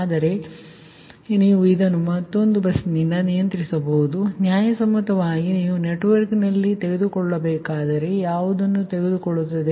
ಆದ್ದರಿಂದ ನೀವು ಅದನ್ನು ಮತ್ತೊಂದು ಬಸ್ನಿಂದ ನಿಯಂತ್ರಿಸಬಹುದು ಆದರೆ ನ್ಯಾಯಸಮ್ಮತವಾಗಿ ನೀವು ನೆಟ್ವರ್ಕ್ನಲ್ಲಿ ತೆಗೆದುಕೊಳ್ಳಬೇಕಾದರೆ ಯಾವುದನ್ನು ತೆಗೆದುಕೊಳ್ಳುತ್ತದೆ